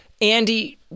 Andy